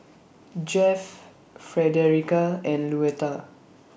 Jeff Frederica and Luetta